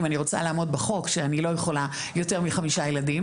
אם אני רוצה לעמוד בחוק אני לא יכולה יותר מחמישה ילדים